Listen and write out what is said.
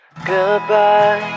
Goodbye